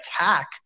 attack